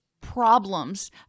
problems